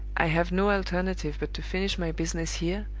i have no alternative but to finish my business here,